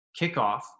kickoff